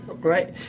great